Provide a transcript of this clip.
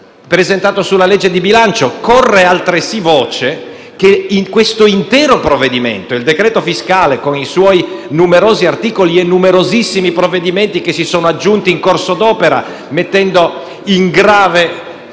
disegno di legge di bilancio; corre altresì voce che questo intero testo, il decreto fiscale, con i suoi numerosi articoli e i numerosissimi provvedimenti che si sono aggiunti in corso d'opera, mettendo in grave